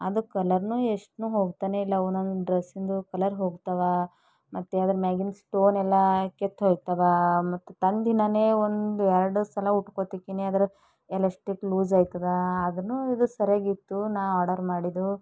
ಅದು ಕಲರ್ನೂ ಎಷ್ಟುನೂ ಹೋಗ್ತಾನೆ ಇಲ್ಲ ಒಂದೊಂದು ಡ್ರೆಸ್ಸಿಂದು ಕಲರ್ ಹೋಗ್ತಾವ ಮತ್ತು ಅದರ ಮ್ಯಾಗಿನ ಸ್ಟೋನ್ ಎಲ್ಲ ಕೆತ್ತ ಹೋಗ್ತಾವೆ ಮತ್ತು ತಂದ ದಿನವೇ ಒಂದು ಎರ್ಡು ಸಲ ಉಟ್ಕೋತಿರ್ತೀನಿ ಅದರ ಎಲಾಸ್ಟಿಕ್ ಲೂಸ್ ಆಯ್ತದ ಆದರೂ ಇದು ಸರಿಯಾಗಿ ಇತ್ತು ನಾನು ಆರ್ಡರ್ ಮಾಡಿದು